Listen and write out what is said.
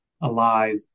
alive